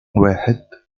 واحد